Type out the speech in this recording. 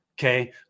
Okay